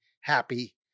happy